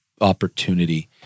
opportunity